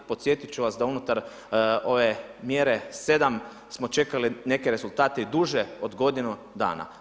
Podsjetiti ću vas da unutar ove mjere 7 smo čekali neke rezultate duže od godinu dana.